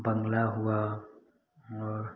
बंगला हुआ और